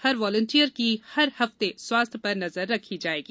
हर volunteer की हर हफ्ते स्वास्थ्य पर नजर रखी जाएगी